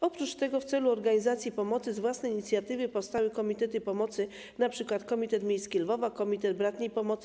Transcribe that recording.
Oprócz tego, w celu organizacji pomocy, z własnej inicjatywy powstały komitety pomocy, np. komitet miejski Lwowa, Komitet Bratniej Pomocy.